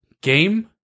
Game